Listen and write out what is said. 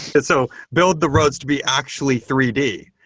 but so build the roads to be actually three d.